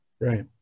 Right